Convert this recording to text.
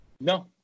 No